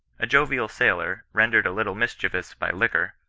a jovial sailor, rendered a little mischievous by liquor,